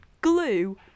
glue